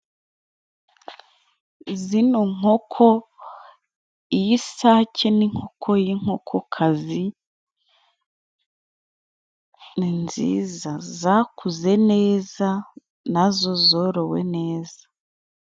Zino nkoko iy'isake n'inkoko y'inkokokazi, ni nziza zakuze neza, nazo zorowe neza.